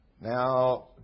Now